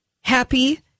happy